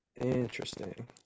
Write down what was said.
Interesting